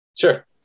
Sure